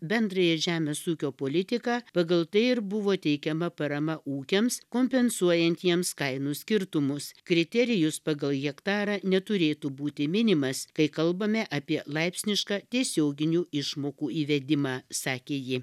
bendrąją žemės ūkio politiką pagal tai ir buvo teikiama parama ūkiams kompensuojant jiems kainų skirtumus kriterijus pagal hektarą neturėtų būti minimas kai kalbame apie laipsnišką tiesioginių išmokų įvedimą sakė ji